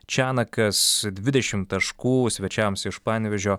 čenakas dvidešim taškų svečiams iš panevėžio